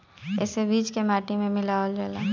एसे बीज के माटी में मिलावल जाला